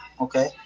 Okay